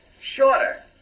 shorter